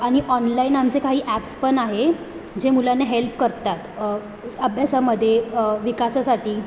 आणि ऑनलाईन आमचे काही ॲप्स पण आहे जे मुलांना हेल्प करतात अभ्यासामध्ये विकासासाठी